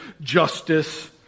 justice